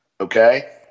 okay